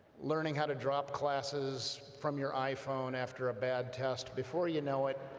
learning how to drop classes from your iphone after a bad test, before you know it,